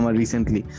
recently